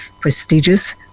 prestigious